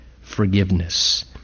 forgiveness